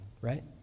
right